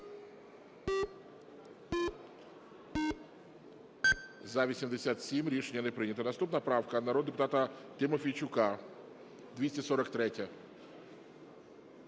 За-87 Рішення не прийнято. Наступна правка народного депутата Тимофійчука 243-я.